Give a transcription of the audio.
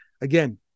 Again